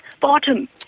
bottom